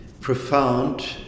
profound